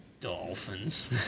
dolphins